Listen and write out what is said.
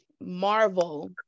Marvel-